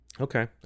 Okay